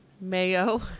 mayo